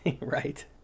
right